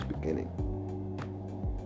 beginning